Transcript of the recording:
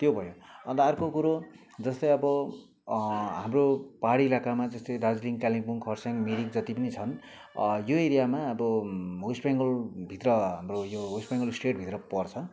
त्यो भयो अन्त अर्को कुरो जस्तै अब हाम्रो पाहाडी इलाकामा जस्तै दार्जिलिङ कालिम्पोङ खरसाङ मिरिक जति पनि छन् यो एरियामा अब वेस्ट बेङ्गालभित्र हाम्रो यो वेस्ट बेङ्गाल स्टेटभित्र पर्छ